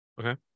Okay